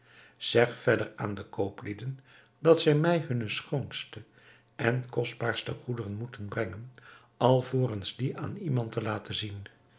zeg verder aan de kooplieden dat zij mij hunne schoonste en kostbaarste goederen moeten brengen alvorens die aan iemand te laten zien